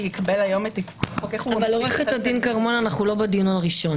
אבל אנחנו לא בדיון הראשון.